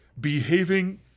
behaving